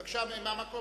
בבקשה, מהמקום.